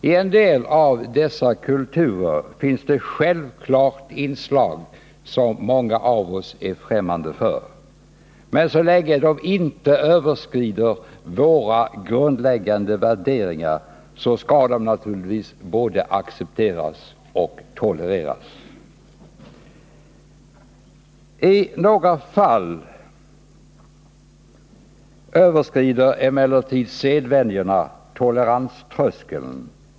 I en del av dessa kulturer finns det självfallet inslag som många av oss är 55 främmande för. Men så länge de inte strider mot våra grundläggande värderingar skall de naturligtvis både accepteras och tolereras. I några fall överskrider emellertid sedvänjorna toleranströskeln.